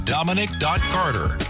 Dominic.carter